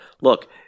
Look